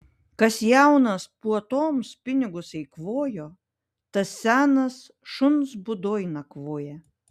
kas jaunas puotoms pinigus eikvojo tas senas šuns būdoj nakvoja